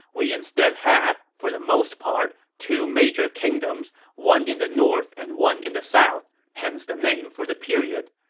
we instead have, for the most part, two major kingdoms, one in the north and one in the south, hence the name for the period.